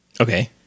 Okay